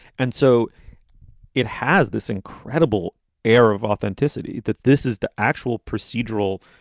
and so it has this incredible air of authenticity that this is the actual procedural.